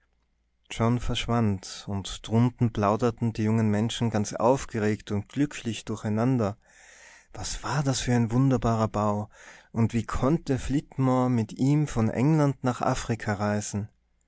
john verschwand und drunten plauderten die jungen menschen ganz aufgeregt und glücklich durcheinander was war das für ein wunderbarer bau und wie konnte flitmore mit ihm von england nach afrika reisen